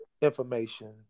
information